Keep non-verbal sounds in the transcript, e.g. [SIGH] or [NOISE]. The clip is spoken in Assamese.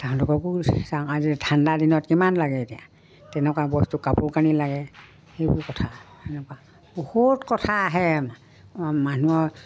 সিহঁতকো চাওঁ [UNINTELLIGIBLE] ঠাণ্ডা দিনত কিমান লাগে এতিয়া তেনেকুৱা বস্তু কাপোৰ কানি লাগে সেইবোৰ কথা এনেকুৱা বহুত কথা আহে মানুহৰ